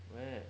where